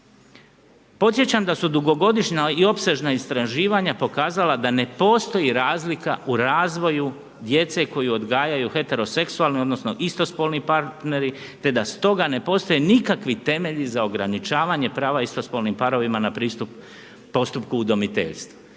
Podsjećam da su dugogodišnja i opsežna istraživanja pokazala da ne postoji razlika u razvoju djece koju odgajaju heteroseksualni odnosno istospolni partneri te da stoga ne postoje nikakvi temelji za ograničavanje prava istospolnim parovima na postupku udomiteljstva.